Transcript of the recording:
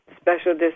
special